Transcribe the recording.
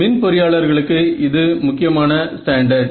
மின் பொறியாளர்களுக்கு இது முக்கியமான ஸ்டாண்டர்ட்